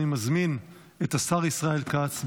אני מזמין את השר ישראל כץ,